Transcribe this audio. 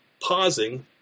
pausing